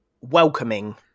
welcoming